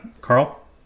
Carl